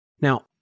Now